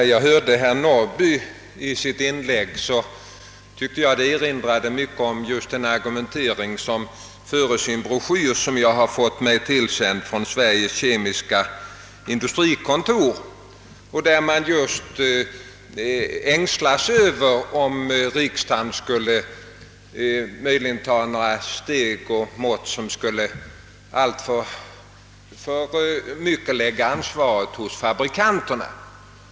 Herr talman! Herr Norrbys inlägg erinrade i stor utsträckning om just den argumentering som föres i en broschyr som jag har fått mig tillsänd från Sveriges kemiska industrikontor. Där uttalas just ängslan för att riksdagen möjligen kommer att vidta mått och steg som skulle alltför mycket lägga ansvaret hos fabrikanterna.